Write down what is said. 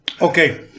Okay